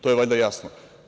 To je valjda jasno.